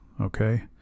okay